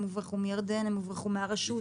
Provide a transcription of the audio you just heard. הם הוברחו מירדן, הם הוברחו מהרשות.